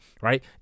Right